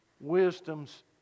wisdom's